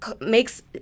makes